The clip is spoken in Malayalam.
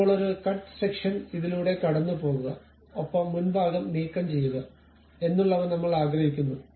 ഇപ്പോൾ ഒരു കട്ട് സെക്ഷൻ ഇതിലൂടെ കടന്നുപോകുക ഒപ്പം മുൻഭാഗം നീക്കംചെയ്യുക എന്നുള്ളവ നമ്മൾ ആഗ്രഹിക്കുന്നു